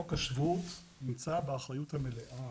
חוק השבות נמצא באחריות המלאה